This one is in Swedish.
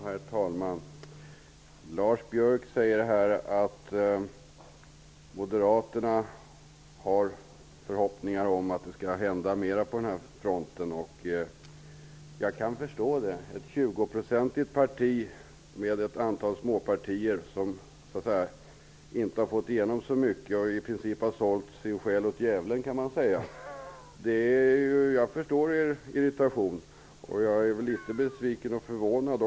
Herr talman! Lars Biörck säger att Moderaterna har förhoppningar om att det skall hända mer på den här fronten. Jag kan förstå det. Det är ett 20 procentsparti som med ett antal småpartier inte har fått igenom så mycket. I princip har man sålt sin själ till djävulen. Jag förstår irritationen. Jag är också litet besviken och förvånad.